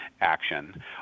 action